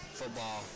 football